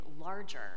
larger